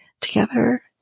together